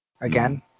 again